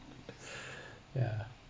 yeah